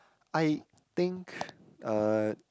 I think uh